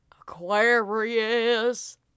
Aquarius